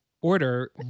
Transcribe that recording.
Order